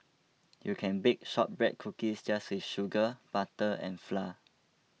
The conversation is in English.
you can bake Shortbread Cookies just with sugar butter and flour